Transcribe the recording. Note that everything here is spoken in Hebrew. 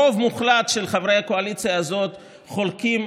רוב מוחלט של חברי הקואליציה הזאת חולקים